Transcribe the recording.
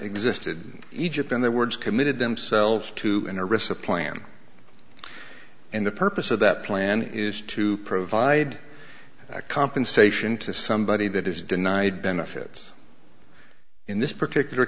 existed egypt in their words committed themselves to a recipe plan and the purpose of that plan is to provide compensation to somebody that is denied benefits in this particular